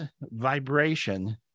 vibration